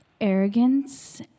arrogance